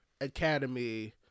academy